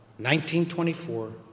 1924